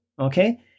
okay